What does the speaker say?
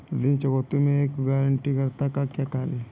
ऋण चुकौती में एक गारंटीकर्ता का क्या कार्य है?